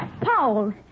Paul